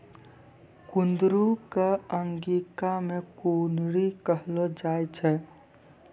कुंदरू कॅ अंगिका मॅ कुनरी कहलो जाय छै